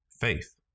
Faith